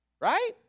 Right